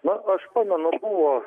na aš pamenu buvo